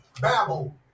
babble